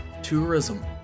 tourism